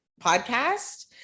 podcast